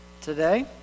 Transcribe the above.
today